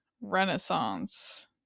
Renaissance